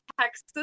texas